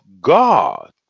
God